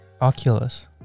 Oculus